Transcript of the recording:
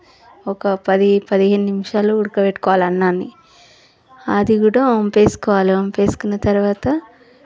ఒక పది పదిహేను నిమిషాలు ఉడకపెట్టుకోవాలి అన్నాన్ని అది కూడా వంచేసుకోవాలి వంచేసుకున్న తరువాత